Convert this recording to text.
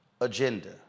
agenda